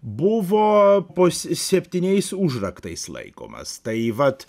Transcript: buvoo po s septyniais užraktais laikomas tai vat